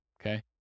okay